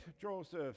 Joseph